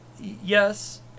yes